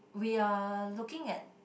we are looking at